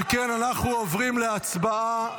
אנחנו מושכים את ההסתייגויות.